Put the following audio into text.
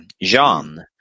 John